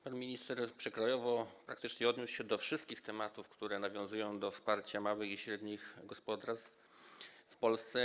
Pan minister przekrojowo praktycznie odniósł się do wszystkich tematów, które nawiązują do wsparcia małych i średnich gospodarstw w Polsce.